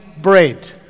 bread